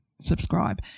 subscribe